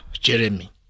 Jeremy